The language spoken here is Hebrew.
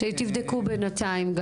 תבדקו בינתיים.